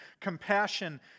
compassion